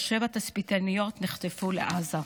ושבע תצפיתניות נחטפו לעזה.